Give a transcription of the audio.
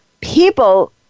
people